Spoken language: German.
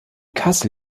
kassel